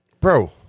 bro